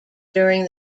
during